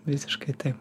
visiškai taip